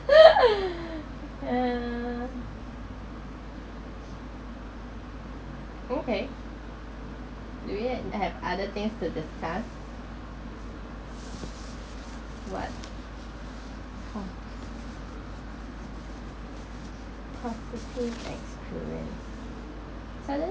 okay do you have other things to discuss what oh property experience suddenly